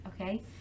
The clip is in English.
okay